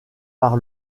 par